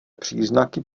příznaky